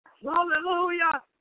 Hallelujah